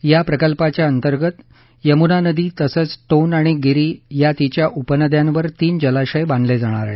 या प्रकल्पांअतर्गत यमुना नदी तसंच टोन आणि गिरी या तिच्या उपनद्यांवर तीन जलाशय बांधले जाणार आहेत